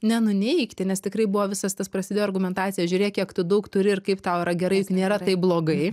ne nuneigti nes tikrai buvo visas tas prasidėjo argumentacija žiūrėk kiek tu daug turi ir kaip tau yra gerai juk nėra taip blogai